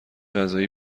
قضایی